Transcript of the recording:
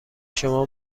شما